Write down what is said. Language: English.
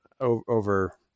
over